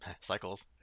cycles